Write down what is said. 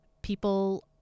People